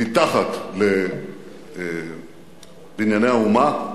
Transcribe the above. מתחת ל"בנייני האומה",